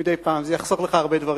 מדי פעם, זה יחסוך לך הרבה דברים.